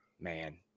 Man